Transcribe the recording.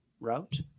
route